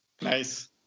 nice